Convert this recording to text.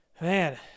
Man